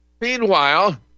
Meanwhile